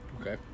Okay